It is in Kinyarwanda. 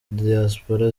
diaspora